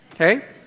Okay